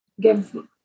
give